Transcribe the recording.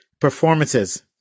performances